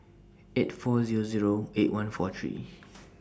eight four Zero Zero eight one four three